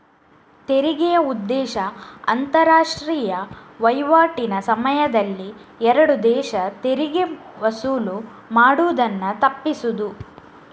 ತೆರಿಗೆಯ ಉದ್ದೇಶ ಅಂತಾರಾಷ್ಟ್ರೀಯ ವೈವಾಟಿನ ಸಮಯದಲ್ಲಿ ಎರಡು ದೇಶ ತೆರಿಗೆ ವಸೂಲು ಮಾಡುದನ್ನ ತಪ್ಪಿಸುದು